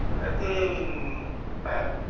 అయితే